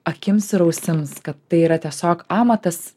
akims ir ausims kad tai yra tiesiog amatas